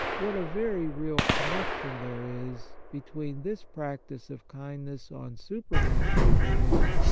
what a very real connection there is between this practice of kindness on supernatural motives,